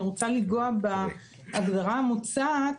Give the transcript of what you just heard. אני רוצה לנגוע בהגדרה המוצעת.